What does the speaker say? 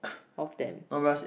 of them